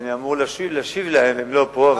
אני אמור להשיב להן, והן לא פה.